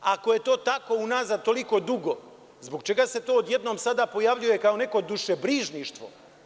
Ako je to tako unazad toliko dugo, zbog čega se to odjednom sada pojavljuje kao neko dušebrižništvo?